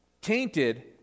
tainted